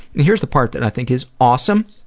and here's the part that i think is awesome.